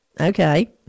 Okay